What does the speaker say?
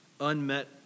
unmet